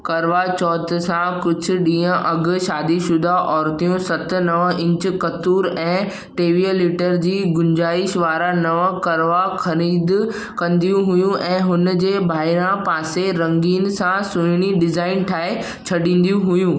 करवा चौथ सां कुझु ॾींहं अॻु शादीशुदा औरतियूं सत नव इंच क़तुर ऐं टेवीह लीटर जी गुंजाइशु वारा नवां करवा ख़रीदु कंदियूं हुइयूं ऐं हुनजे ॿाहिरां पासे रंगीन सां सुहिणी डिज़ाइन ठाहे छॾींदियूं हुइयूं